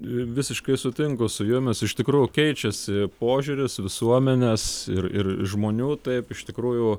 visiškai sutinku su jumis iš tikrųjų keičiasi požiūris visuomenės ir ir žmonių taip iš tikrųjų